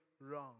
wrong